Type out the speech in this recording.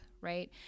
right